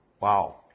Wow